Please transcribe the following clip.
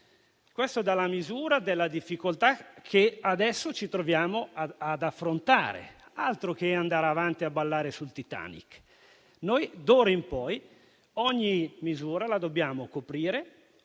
e dà la misura della difficoltà che adesso ci troviamo ad affrontare. Altro che andare avanti a ballare sul Titanic. Noi, d'ora in poi, dobbiamo coprire